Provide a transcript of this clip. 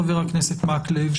חבר הכנסת מקלב,